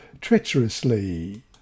treacherously